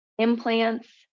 implants